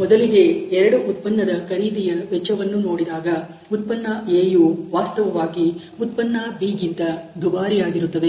ಮೊದಲಿಗೆ ಎರಡು ಉತ್ಪನ್ನದ ಖರೀದಿಯ ವೆಚ್ಚವನ್ನು ನೋಡಿದಾಗ ಉತ್ಪನ್ನ A ಯು ವಾಸ್ತವವಾಗಿ ಉತ್ಪನ್ನ B ಗಿಂತ ದುಬಾರಿಯಾಗಿರುತ್ತದೆ